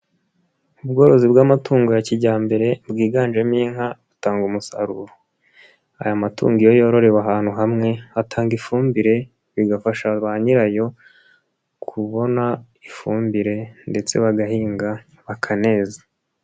Ubworozi bw'amatungo ya kijyambere bwiganjemo inka butanga umusaruro. Aya matungo iyo yororewe ahantu hamwe atanga ifumbire, bigafasha ba nyirayo kubona ifumbire ndetse bagahinga bakaneza.